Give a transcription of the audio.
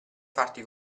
farti